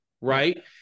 right